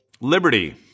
liberty